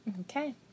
Okay